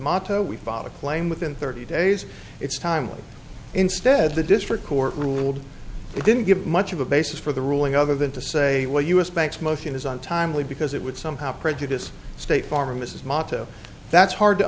motto we filed a claim within thirty days it's timely instead the district court ruled it didn't give much of a basis for the ruling other than to say well u s banks motion is untimely because it would somehow prejudice state farm or mrs mata that's hard to